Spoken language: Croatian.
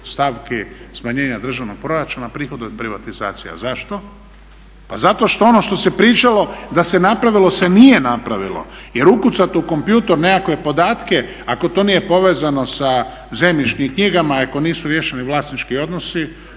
stavki smanjenja državnog proračuna, prihod od privatizacija. Zašto? Pa zato što ono što se pričalo da se napravilo se nije napravilo jer ukucat u kompjuter nekakve podatke, ako to nije povezano sa zemljišnom knjigama i ako nisu riješeni vlasnički odnosi